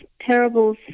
terrible